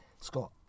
Scott